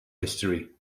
history